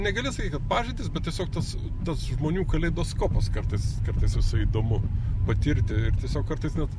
negali sakyt kad pažintys bet tiesiog tas tas žmonių kaleidoskopas kartais kartais visai įdomu patirti ir tiesiog kartais net